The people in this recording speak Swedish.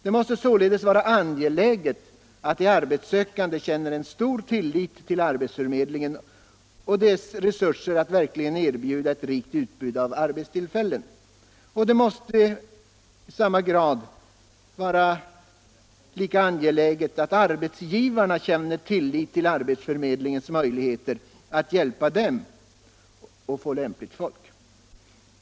Det måste således vara angeläget att de arbetssökande känner en stor tillit till arbetsförmedlingen och dess resurser att verkligen erbjuda ett rikt utbud av arbetstillfällen. Och det måste vara lika angeläget att arbetsgivarna känner tillit till arbetsförmedlingens möjligheter att hjälpa dem att få lämpligt folk.